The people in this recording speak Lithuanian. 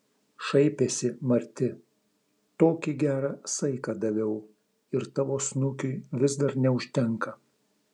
šaipėsi marti tokį gerą saiką daviau ir tavo snukiui vis dar neužtenka